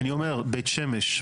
בית שמש,